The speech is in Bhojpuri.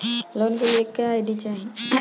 लोन के लिए क्या आई.डी चाही?